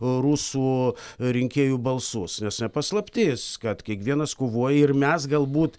rusų rinkėjų balsus nes ne paslaptis kad kiekvienas kovoja ir mes galbūt